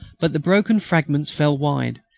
but the broken fragments fell wide,